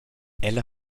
ella